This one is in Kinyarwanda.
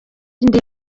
indi